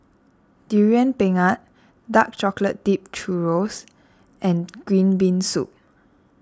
Durian Pengat Dark Chocolate Dipped Churros and Green Bean Soup